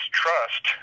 trust